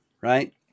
right